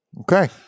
Okay